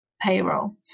payroll